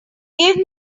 give